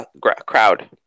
crowd